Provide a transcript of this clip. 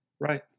Right